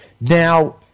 Now